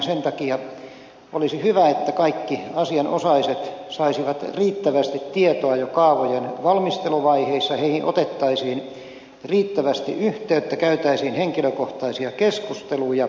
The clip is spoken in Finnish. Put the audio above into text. sen takia olisi hyvä että kaikki asianosaiset saisivat riittävästi tietoa jo kaavojen valmisteluvaiheissa heihin otettaisiin riittävästi yhteyttä käytäisiin henkilökohtaisia keskusteluja